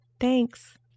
Thanks